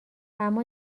اما